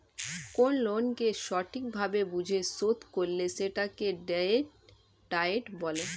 কোন ঋণকে সঠিক ভাবে বুঝে শোধ করলে সেটাকে ডেট ডায়েট বলে